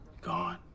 gone